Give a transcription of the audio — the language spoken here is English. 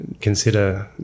consider